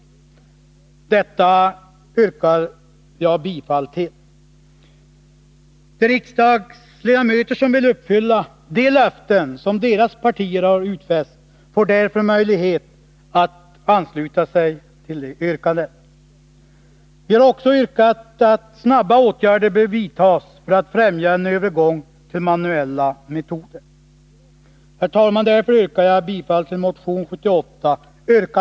De riksdagsledamöter som vill uppfylla